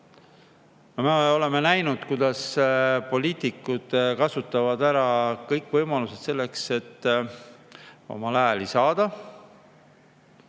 Me oleme näinud, kuidas poliitikud kasutavad ära kõiki võimalusi selleks, et omale hääli saada.